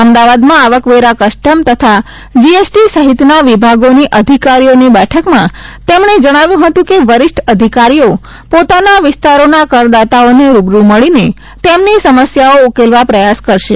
અમદાવાદમાં આવકવેરા કસ્ટમ તથા જીએસટી સહિતના વિભાગોની અધિકારીઓની બેઠકમાં તેમણે જણાવ્યું હતું કે વરિષ્ઠ અધિકારીઓ પોતાના વિસ્તારોના કરદાતાઓને રૂબરૂ મળીને તેમની સમસ્યાઓ ઉકેલવા પ્રયાસ કરશે